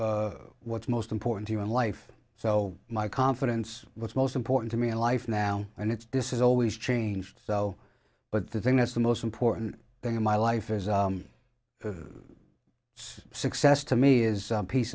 what's most important to you in life so my confidence what's most important to me in life now and it's this is always changed though but the thing that's the most important thing in my life is success to me is peace